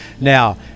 now